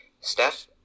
Steph